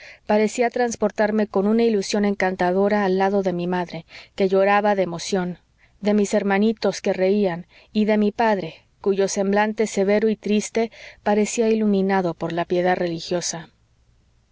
parecía transportarme con una ilusión encantadora al lado de mi madre que lloraba de emoción de mis hermanitos que reían y de mi padre cuyo semblante severo y triste parecía iluminado por la piedad religiosa